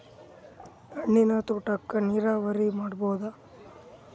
ಹಣ್ಣಿನ್ ತೋಟಕ್ಕ ನೀರಾವರಿ ಮಾಡಬೋದ?